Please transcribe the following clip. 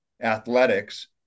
athletics